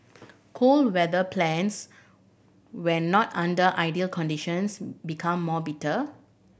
cold weather plants when not under ideal conditions become more bitter